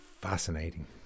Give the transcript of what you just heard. fascinating